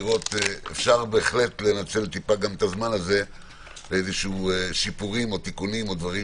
אפשר לנצל את הזמן הזה לשיפורים או תיקונים או דברים